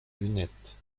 lunettes